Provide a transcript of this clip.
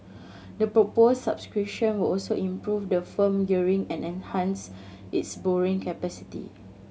the proposed subscription will also improve the firm gearing and enhance its borrowing capacity